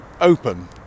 open